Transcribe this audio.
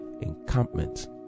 encampment